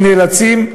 הם נאלצים,